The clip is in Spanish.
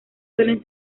suelen